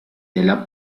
della